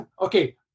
Okay